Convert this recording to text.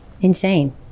insane